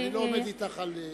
אני לא עומד אתך על,